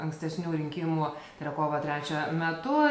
ankstesnių rinkimų tai yra kovo trečią metu